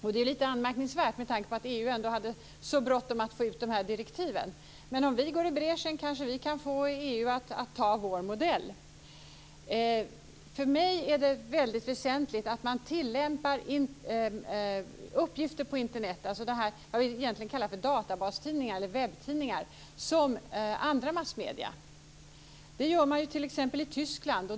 Det är lite anmärkningsvärt med tanke på att EU hade så bråttom att få ut direktiven. Men om vi går i bräschen kanske vi kan få EU att ta vår modell. För mig är det väsentligt att man tillämpar uppgifter på Internet - det jag egentligen vill kalla databastidningar eller webbtidningar - som i andra massmedier. Det gör man t.ex. i Tyskland.